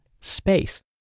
space